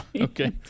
Okay